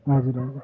हजुर हजुर